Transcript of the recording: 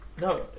No